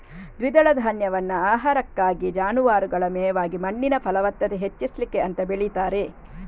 ದ್ವಿದಳ ಧಾನ್ಯವನ್ನ ಆಹಾರಕ್ಕಾಗಿ, ಜಾನುವಾರುಗಳ ಮೇವಾಗಿ ಮಣ್ಣಿನ ಫಲವತ್ತತೆ ಹೆಚ್ಚಿಸ್ಲಿಕ್ಕೆ ಅಂತ ಬೆಳೀತಾರೆ